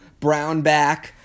Brownback